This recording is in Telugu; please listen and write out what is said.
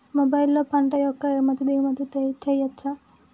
మొబైల్లో పంట యొక్క ఎగుమతి దిగుమతి చెయ్యచ్చా?